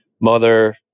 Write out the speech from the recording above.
Mother